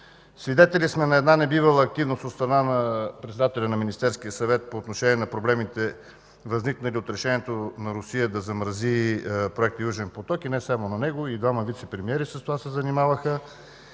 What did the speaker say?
Свидетели сме на небивала активност от страна на председателя на Министерския съвет по отношение на проблемите, възникнали от решението на Русия да замрази проекта „Южен поток“. Не само той, но и двама вицепремиери с това се занимаваха.